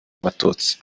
abatutsi